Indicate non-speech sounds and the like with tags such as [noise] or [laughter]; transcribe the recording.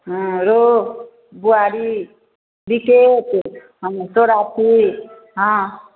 हँ रहु बुआरी बिकेट [unintelligible] हँ